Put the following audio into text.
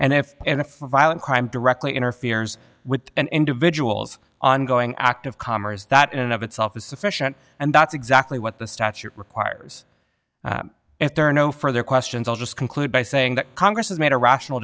and if and if violent crime directly interferes with an individual's ongoing act of commerce that in and of itself is sufficient and that's exactly what the statute requires if there are no further questions i'll just conclude by saying that congress has made a rational